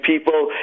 people